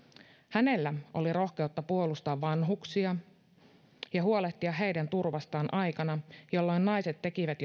hänellä oli rohkeutta puolustaa vanhuksia ja huolehtia heidän turvastaan aikana jolloin naiset tekivät